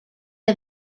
est